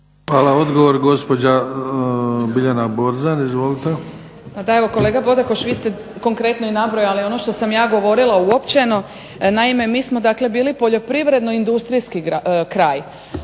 Hvala. Odgovor, gospođa Biljana Borzan. Izvolite. **Borzan, Biljana (SDP)** Pa da evo kolega Bodakoš vi ste konkretno i nabrojali ono što sam ja govorila uopćeno. Naime, mi smo dakle bili poljoprivredno-industrijski kraj.